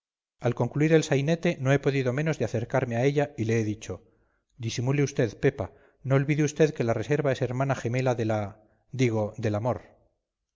al concluir el sainete no he podido menos de acercarme a ella y le he dicho disimule usted pepa no olvide usted que la reserva es hermana gemela de la digo del amor